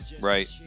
right